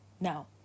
now